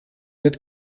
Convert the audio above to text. wird